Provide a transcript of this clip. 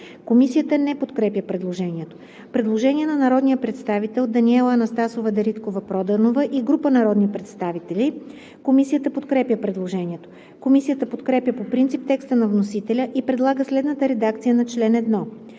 Комисията не подкрепя предложението. Предложение на народния представител Даниела Анастасова Дариткова-Проданова и група народни представители. Комисията подкрепя предложението. Комисията подкрепя по принцип текста на вносителя и предлага следната редакция на чл.